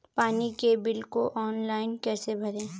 पानी के बिल को ऑनलाइन कैसे भरें?